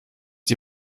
die